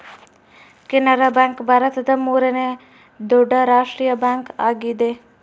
Canara bank ಭಾರತದ ಮೂರನೇ ದೊಡ್ಡ ರಾಷ್ಟ್ರೀಯ ಬ್ಯಾಂಕ್ ಆಗಿದೆ